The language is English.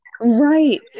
Right